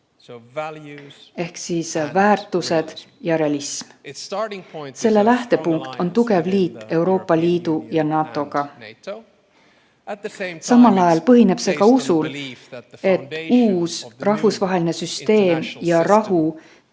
– väärtused ja realism. Selle lähtepunkt on tugev liit Euroopa Liidu ja NATO-ga. Samal ajal põhineb see ka usul, et uus rahvusvaheline süsteem ja rahu